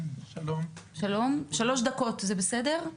שלוש דקות, זה בסדר?